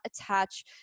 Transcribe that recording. attach